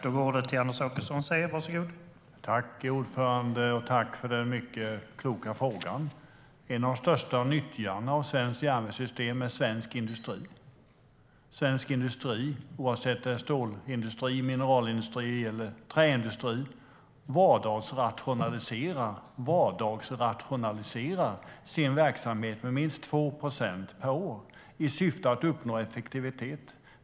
Herr talman! Tack för den mycket kloka frågan! En av de största nyttjarna av svenskt järnvägssystem är svensk industri. Oavsett om det är stålindustri, mineralindustri eller träindustri vardagsrationaliserar svensk industri sin verksamhet med minst 2 procent per år i syfte att uppnå effektivitet.